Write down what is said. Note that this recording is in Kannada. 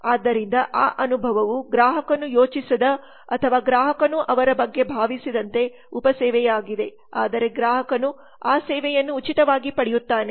ಆದ್ದರಿಂದ ಆ ಅನುಭವವು ಗ್ರಾಹಕನು ಯೋಚಿಸದ ಅಥವಾ ಗ್ರಾಹಕನು ಅವರ ಬಗ್ಗೆ ಭಾವಿಸಿದಂತೆ ಉಪ ಸೇವೆಯಾಗಿದೆ ಆದರೆ ಗ್ರಾಹಕನು ಆ ಸೇವೆಯನ್ನು ಉಚಿತವಾಗಿ ಪಡೆಯುತ್ತಾನೆ